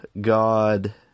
God